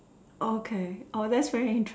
okay oh that's very interesting